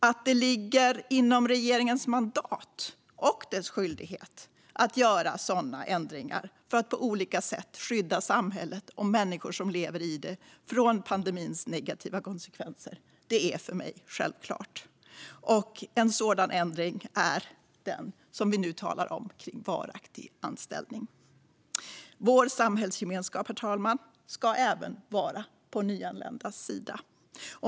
Att det ligger inom regeringens mandat - och dess skyldighet - att göra sådana ändringar för att på olika sätt skydda samhället och människor som lever i det från pandemins negativa konsekvenser är för mig självklart. En sådan ändring är den vi nu talar om när det gäller varaktig anställning. Vår samhällsgemenskap, herr talman, ska även vara på nyanländas sida.